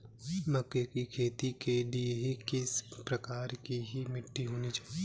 मक्के की खेती के लिए किस प्रकार की मिट्टी होनी चाहिए?